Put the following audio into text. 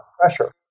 pressure